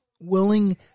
willing